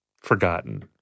forgotten